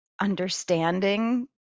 understanding